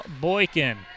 Boykin